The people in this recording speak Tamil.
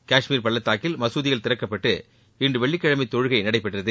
காஷ்மீர் பள்ளத்தாக்கில் மசூதிகள் திறக்கப்பட்டு இன்று வெள்ளிக்கிழனம தொழுகை நடைபெற்றது